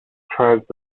tribes